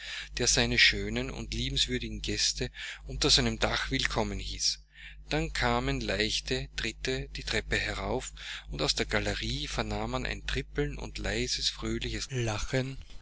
der seine schönen und liebenswürdigen gäste unter seinem dache willkommen hieß dann kamen leichte tritte die treppe herauf und aus der galerie vernahm man ein trippeln und leises fröhliches lachen